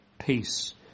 peace